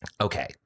Okay